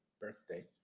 birthday